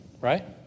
Right